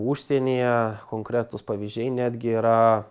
užsienyje konkretūs pavyzdžiai netgi yra